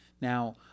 Now